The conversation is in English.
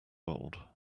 old